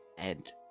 and